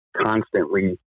Constantly